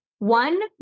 One